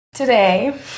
Today